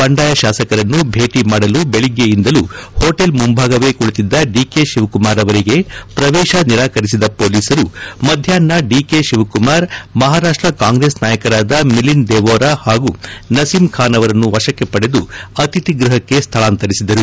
ಬಂಡಾಯ ಶಾಸಕರನ್ನು ಭೇಟ ಮಾಡಲು ಬೆಳಗ್ಗೆಯಿಂದಲೂ ಹೋಟೆಲ್ ಮುಂಭಾಗವೇ ಕುಳಿತಿದ್ದ ಡಿಕೆ ಶಿವಕುಮಾರ್ ಅವರಿಗೆ ಪ್ರವೇಶ ನಿರಾಕರಿಸಿದ ಹೊಲೀಸರು ಮಧ್ಯಾವ್ನ ಡಿಕೆ ಶಿವಕುಮಾರ್ ಮಹಾರಾಪ್ಟ ಕಾಂಗ್ರೆಸ್ ನಾಯಕರಾದ ಮಿಲಿಂದ್ ದೇವೊರಾ ಹಾಗೂ ನಸೀಂ ಖಾನ್ ಅವರನ್ನು ವಶಕ್ಕೆ ಪಡೆದು ಅತಿಥಿ ಗೃಹಕ್ಕೆ ಸ್ವಳಾಂತರಿಸಿದರು